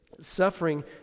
Suffering